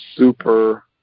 super